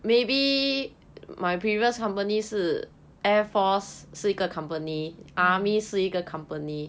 mm